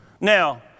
Now